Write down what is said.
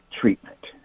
Treatment